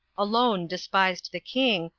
alone despised the king,